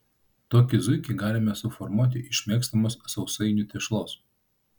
tokį zuikį galime suformuoti iš mėgstamos sausainių tešlos